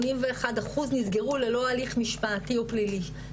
81 אחוז נסגרו ללא הליך משפטי או פלילי,